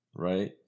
right